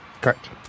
Correct